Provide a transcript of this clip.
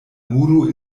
muro